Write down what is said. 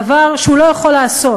שהוא לא יכול לעשות,